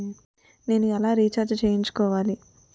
నేను ఎలా రీఛార్జ్ చేయించుకోవాలి?